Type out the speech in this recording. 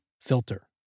filter